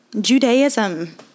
Judaism